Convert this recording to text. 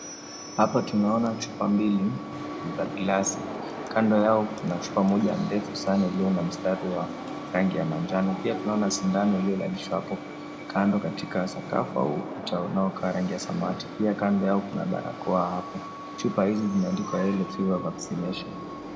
Chupa mbili ni za glasi. Kando yao kuna chupa ndefu sana iliyo na rangi ya manjano. Pia tunaona sindano iliyolalishwa hapo kando katika sakafu au ukuta unaokaa rangi ya samawati. Pia kuna barakoa hapo. Chupa hizi zimeandikwa YELLOW FEVER Vaccination.